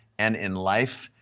and in life.